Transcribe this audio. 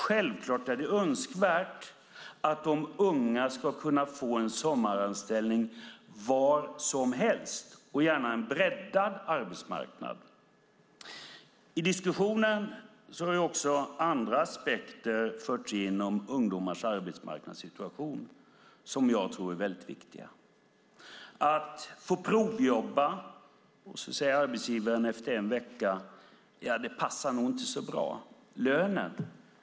Självklart är det önskvärt att de unga ska kunna få en sommaranställning var som helst och gärna på en breddad arbetsmarknad. I diskussionen har även andra aspekter förts in om ungdomens arbetsmarknadssituation som jag tror är viktiga. Att få provjobba, och så säger arbetsgivaren efter en vecka: Det passar nog inte så bra. Lönen då?